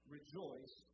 Rejoice